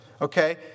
Okay